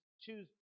choose